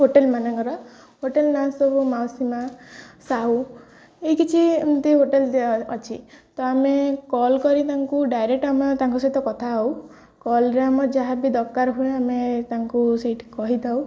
hotel ମାନଙ୍କର hotel ନାଁ ସବୁ ମାଉସୀମା ସାହୁ ଏଇ କିଛି ଏମିତି ହୋଟେଲ ଅଛି ତ ଆମେ କଲ୍ କରି ତାଙ୍କୁ ଡାଇରେକ୍ଟ ଆମେ ତାଙ୍କ ସହିତ କଥା ହେଉ କଲ୍ରେ ଆମର ଯାହାବି ଦରକାର ହୁଏ ଆମେ ତାଙ୍କୁ ସେଇଠି କହିଥାଉ